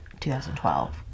2012